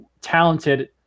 talented